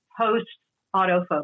post-autofocus